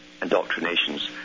indoctrinations